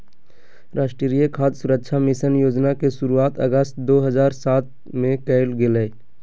राष्ट्रीय खाद्य सुरक्षा मिशन योजना के शुरुआत अगस्त दो हज़ार सात में कइल गेलय